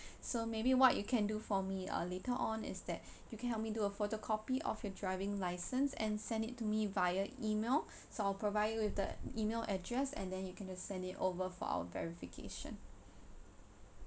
so maybe what you can do for me ah later on is that you can help me do a photocopy of your driving license and send it to me via email so I'll provide you with the email address and then you can send it over for our verification